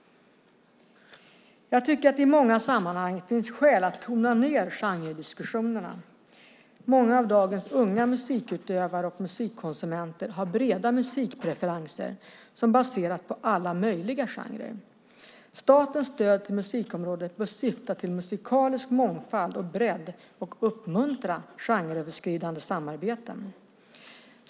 Jag tycker att det i många sammanhang finns skäl att tona ned genrediskussionerna. Många av dagens unga musikutövare och musikkonsumenter har breda musikpreferenser som baseras på alla möjliga genrer. Statens stöd till musikområdet bör syfta till musikalisk mångfald och bredd och uppmuntra genreöverskridande samarbeten.